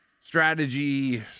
strategy